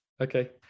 okay